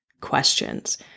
questions